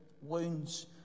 wounds